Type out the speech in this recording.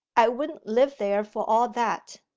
i wouldn't live there for all that.